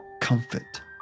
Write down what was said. comfort